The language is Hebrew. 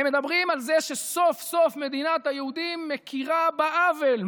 הם מדברים על זה שסוף-סוף מדינת היהודים מכירה בעוול,